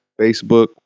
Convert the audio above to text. Facebook